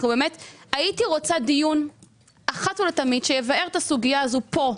הייתי רוצה דיון שיבאר את הסוגיה הזאת פה.